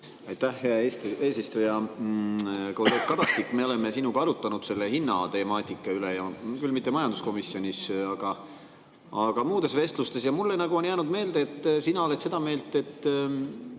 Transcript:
Aitäh, hea eesistuja! Kolleeg Kadastik, me oleme sinuga arutanud hinnatemaatika üle – küll mitte majanduskomisjonis, vaid muudes vestlustes – ja mulle on jäänud meelde, et sina oled seda meelt, et